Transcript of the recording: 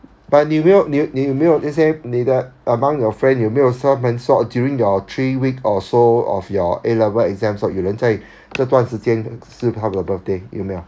but 你没有你你有没有那些你的 among your friends 有没有 some friend 说 during your three week or so of your A level exams 有人在这段时间是他的 birthday 有没有